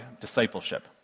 discipleship